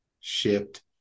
shift